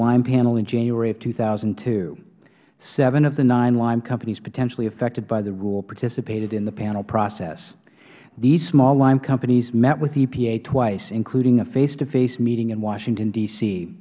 lime panel in january of two thousand and two seven of the nine lime companies potentially affected by the rule participated in the panel process these small lime companies met with epa twice including a face to face meeting in washington d